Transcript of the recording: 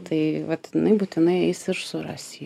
tai vat jinai būtinai suras jį